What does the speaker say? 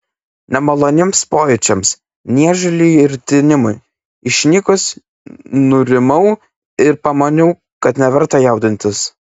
nemaloniems pojūčiams niežuliui ir tinimui išnykus nurimau ir pamaniau kad neverta jaudintis